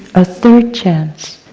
a third chance